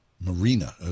Marina